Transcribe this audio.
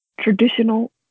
traditional